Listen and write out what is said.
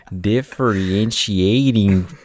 Differentiating